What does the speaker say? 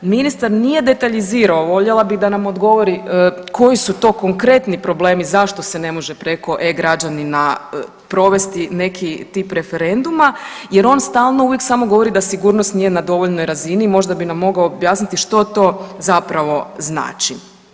Ministar nije detaljizirao, voljela bi da nam odgovori koji su to konkretni problemi zašto se ne može preko e-građanina provesti neki tip referenduma jer on stalo uvijek samo govori da sigurnost nije na dovoljnoj razini, možda bi nam mogao objasniti što to zapravo znači.